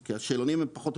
כי השאלונים הם פחות,